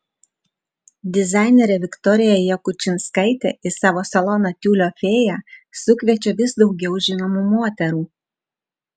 dizainerė viktorija jakučinskaitė į savo saloną tiulio fėja sukviečia vis daugiau žinomų moterų